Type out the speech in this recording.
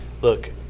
Look